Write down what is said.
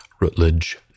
Rutledge